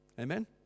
amen